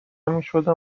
میشدم